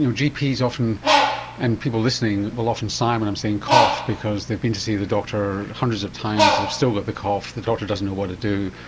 gps often and people listening will often sigh when i'm saying cough, because they've been to see the doctor hundreds of times, they've still got the cough, the doctor doesn't know what to do.